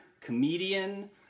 comedian